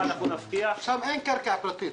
שם אין קרקע פרטית.